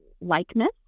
likeness